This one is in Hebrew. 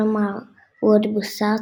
כלומר הוא עוד בוסר,